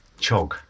Chog